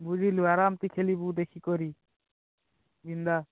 ବୁଝିଲୁ ଆରାମ୍ସେ ଖେଳିବୁ ଦେଖିକରି ବିନ୍ଦାସ୍